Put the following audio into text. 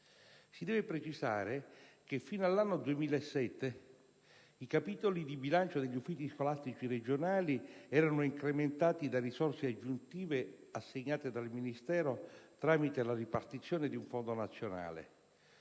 Si deve precisare che fino all'anno 2007 i capitoli di bilancio degli uffici scolastici regionali erano incrementati da risorse aggiuntive assegnate dal Ministero tramite la ripartizione di un fondo nazionale.